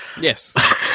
Yes